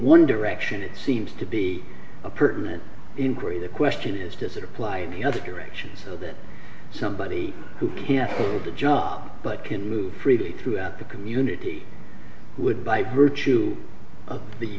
one direction it seems to be a permanent inquiry the question is does it apply in the other direction so that somebody who can do the job but can move freely throughout the community would by virtue of the